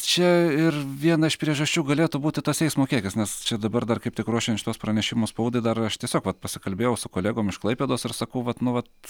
čia ir viena iš priežasčių galėtų būti tas eismo kiekis nes čia dabar dar kaip tik ruošiant šituos pranešimus spaudai dar aš tiesiog pasikalbėjau su kolegom iš klaipėdos ir sakau vat nu vat